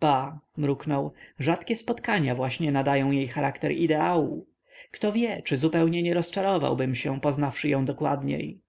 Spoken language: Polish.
bah mruknął rzadkie spotkania właśnie nadają jej charakter ideału kto wie czy zupełnie nie rozczarowałbym się poznawszy ją dokładniej